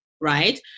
right